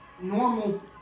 normal